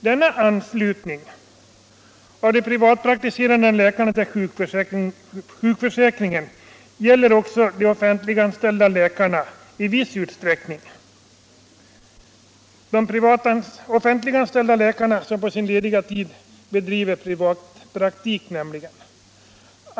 Denna anslutning av de privatpraktiserande läkarna till sjukförsäkringen gäller också de offentliganställda läkarna i viss utsträckning, nämligen de som på sin lediga tid bedriver privatpraktik.